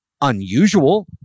unusual